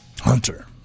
Hunter